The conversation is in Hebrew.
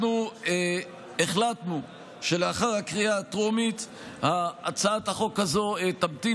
אנחנו החלטנו שלאחר הקריאה הטרומית הצעת החוק הזאת תמתין